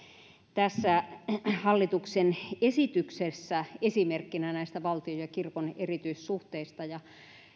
tässä hallituksen esityksessä esimerkkinä näistä valtion ja kirkon erityissuhteista ja